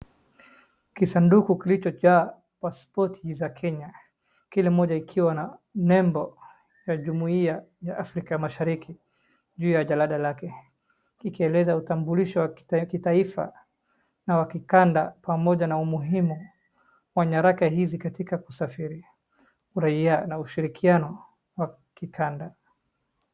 Kisanduku kilichojaa passport za Kenya, kila moja ikiwa na nembo ya jumuiya ya Afrika Mashariki juu ya jalada yake, ikieleza utambulisho wa kitaifa na wa kikanda pamoja na umuhimu wa nyaraka hizi katika kusafiri uraiya na ushirikiano wa kikanda.